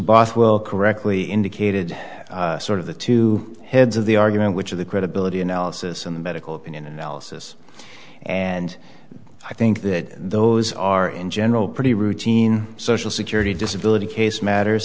bothwell correctly indicated sort of the two heads of the argument which of the credibility analysis in the medical opinion analysis and i think that those are in general pretty routine social security disability case matters